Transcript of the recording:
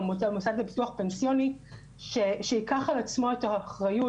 מוסד לביטוח פנסיוני שייקח על עצמו את האחריות,